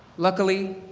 luckily,